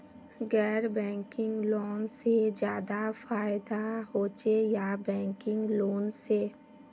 गैर banking loan से ज्यादा फायदा होचे या बैंकिंग लोन से?